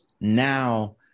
now